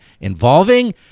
involving